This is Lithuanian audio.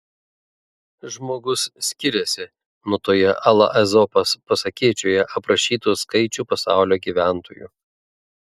žmogus skiriasi nuo toje a la ezopas pasakėčioje aprašytų skaičių pasaulio gyventojų